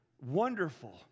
wonderful